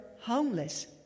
homeless